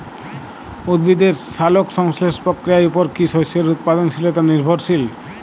উদ্ভিদের সালোক সংশ্লেষ প্রক্রিয়ার উপর কী শস্যের উৎপাদনশীলতা নির্ভরশীল?